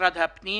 משרד הפנים